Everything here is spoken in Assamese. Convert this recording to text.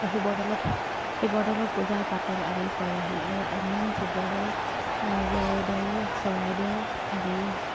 শিৱদ'লত শিৱদ'লত পূজা পাতল আদি কৰেহি আৰু আমিও শিৱদ'ল জয়দ'ল চৰাইদেউ আদি